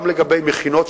לגבי מכינות,